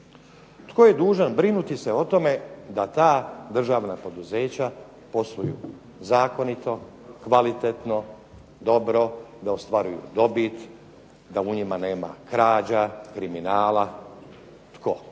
Tko je dužan brinuti se o tome da ta državna poduzeća posluju zakonito, kvalitetno, dobro, da ostvaruju dobit, da u njima nema krađa, kriminala. Tko?